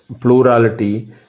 plurality